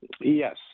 Yes